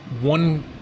One